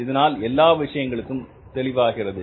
இதனால் எல்லா விஷயங்களும் தெளிவாகிறது